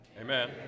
Amen